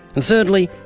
and thirdly,